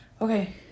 okay